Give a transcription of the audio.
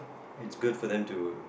it's good for them to